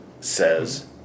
says